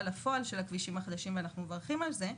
לפועל של הכבישים החדשים ואנחנו מברכים על זה,